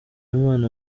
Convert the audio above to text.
imana